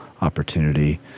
opportunity